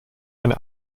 eine